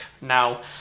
Now